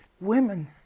women